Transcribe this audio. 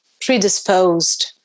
predisposed